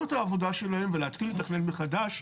את העבודה שלהם ולהתקין ולתכנן מחדש,